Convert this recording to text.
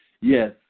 Yes